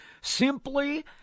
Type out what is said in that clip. simply